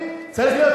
צריך מנהיגות.